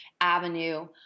avenue